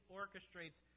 orchestrates